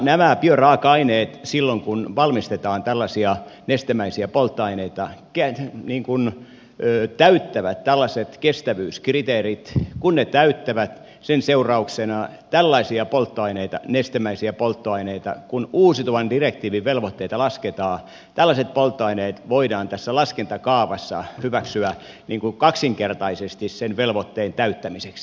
jotta nämä bioraaka aineet silloin kun valmistetaan tällaisia nestemäisiä polttoaineita täyttävät tällaiset kestävyyskriteerit kun ne täyttävät sen seurauksena tällaiset polttoaineet nestemäiset polttoaineet kun uusiutuvan direktiivin velvoitteita lasketaan voidaan tässä laskentakaavassa hyväksyä niin kuin kaksinkertaisesti sen velvoitteen täyttämiseksi